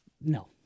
No